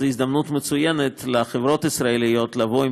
זו הזדמנות מצוינת לחברות ישראליות לבוא עם